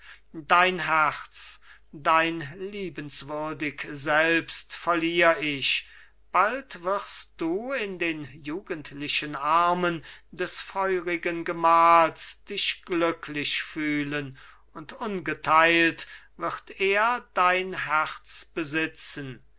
dein herz dein liebenswürdig selbst verlier ich bald wirst du in den jugendlichen armen des feurigen gemahls dich glücklich fühlen und ungeteilt wird er dein herz